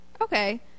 okay